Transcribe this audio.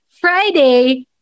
Friday